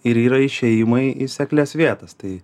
ir yra išėjimai į seklias vietas tai